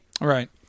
Right